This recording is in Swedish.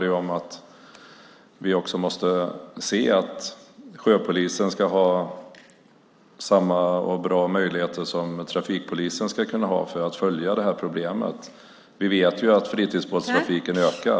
Vi måste också se till att sjöpolisen har samma möjligheter som trafikpolisen att följa problemet. Vi vet ju att fritidsbåtstrafiken ökar.